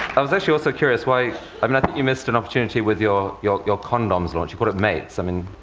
i was actually also curious why i mean i think you missed an opportunity with your your condoms launch. you called it mates. i mean,